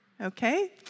Okay